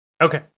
Okay